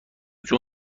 جون